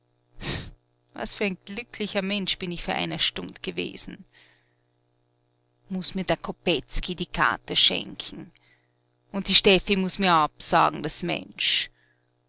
was für ein glücklicher mensch bin ich vor einer stund gewesen muß mir der kopetzky die karte schenken und die steffi muß mir absagen das mensch